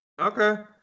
Okay